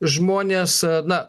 žmonės na